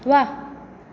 व्वा